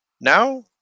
now